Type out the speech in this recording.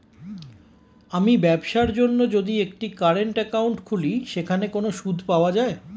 আমি ব্যবসার জন্য যদি একটি কারেন্ট একাউন্ট খুলি সেখানে কোনো সুদ পাওয়া যায়?